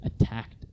attacked